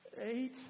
eight